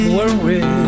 worry